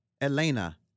Elena